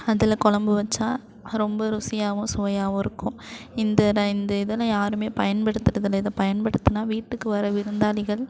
அதில் கொழம்பு வைச்சா ரொம்ப ருசியாகவும் சுவையாகவும் இருக்கும் இந்த இந்த இதெல்லாம் யாருமே பயன்படுத்துகிறது இல்லை இதை பயன்படுத்துனால் வீட்டுக்கு வர விருந்தாளிகள்